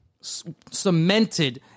cemented